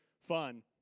fun